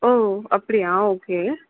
ஓ அப்படியா ஓகே